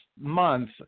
month